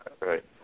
right